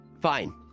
Fine